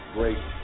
Great